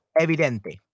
evidente